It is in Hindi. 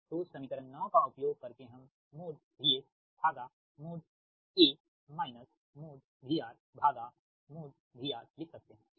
तो समीकरण 9 का उपयोग करके हम मोड VS भागा mod A minus mod VR भागा मोड़ VR लिख सकते है ठीक